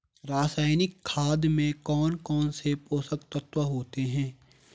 रासायनिक खाद में कौन कौन से पोषक तत्व होते हैं?